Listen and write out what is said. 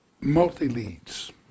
multi-leads